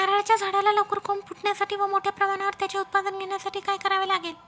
नारळाच्या झाडाला लवकर कोंब फुटण्यासाठी व मोठ्या प्रमाणावर त्याचे उत्पादन घेण्यासाठी काय करावे लागेल?